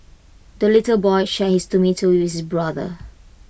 the little boy shared his tomato with his brother